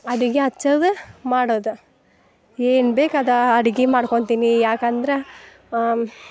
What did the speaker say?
ಅಡ್ಗಿ ಹಚ್ಚಿದ ಮಾಡೋದು ಏನು ಬೇಕು ಅದಾ ಅಡಿಗೆ ಮಾಡ್ಕೊಂತೀನಿ ಯಾಕಂದ್ರೆ